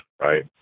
right